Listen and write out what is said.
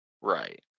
Right